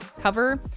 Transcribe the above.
cover